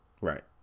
right